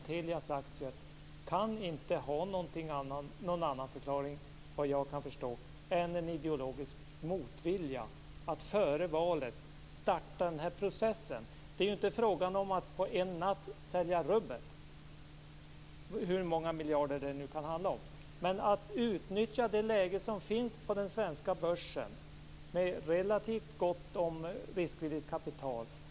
Telias aktier kan alltså inte ha någon annan förklaring vad jag kan förstå än en ideologisk motvilja att före valet starta den här processen. Det är ju inte fråga om att över en natt sälja rubbet - hur många miljarder det nu kan handla om. Det handlar om att utnyttja det läge som råder på den svenska börsen med relativt gott om riskvilligt kapital.